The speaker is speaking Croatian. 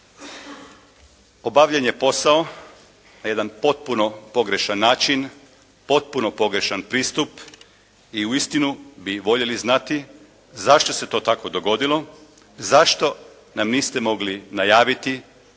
obavljen je posao na jedan potpuno pogrešan način, potpuno pogrešan pristup i uistinu bi voljeli znati zašto se to tako dogodilo, zašto nam niste mogli najaviti